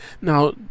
Now